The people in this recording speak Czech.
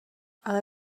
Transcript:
ale